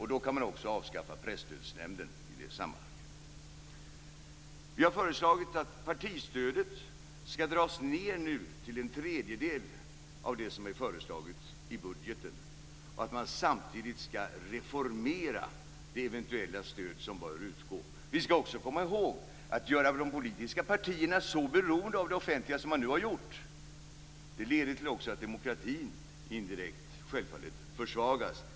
I det sammanhanget kan också Presstödsnämnden avskaffas. Vi moderater har föreslagit att partistödet skall dras ned till en tredjedel av det som föreslagits i budgeten och att man samtidigt skall reformera det eventuella stöd som bör utgå. Man skall också komma ihåg att om man gör de politiska partierna så beroende av det offentliga som man nu har gjort leder det också självfallet till att demokratin indirekt försvagas.